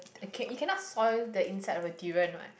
okay okay you cannot soil the inside of the durian one